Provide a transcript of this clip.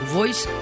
Voice